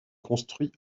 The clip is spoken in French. construit